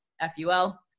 F-U-L